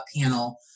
panel